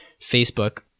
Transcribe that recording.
Facebook